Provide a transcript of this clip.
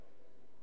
הכנסת